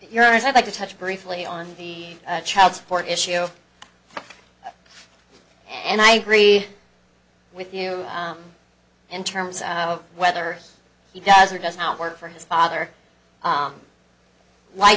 your i'd like to touch briefly on the child support issue and i agree with you in terms of whether he does or does not work for his father